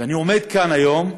ואני עומד כאן היום,